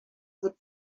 the